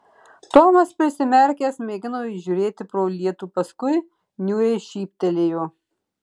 tomas prisimerkęs mėgino įžiūrėti pro lietų paskui niūriai šyptelėjo